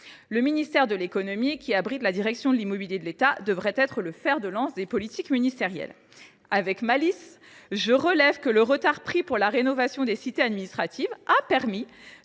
Le ministère de l’économie, qui abrite la direction de l’immobilier de l’État, devrait être le fer de lance des politiques ministérielles. C’est vrai ! Je relève avec malice que le retard pris pour la rénovation des cités administratives a permis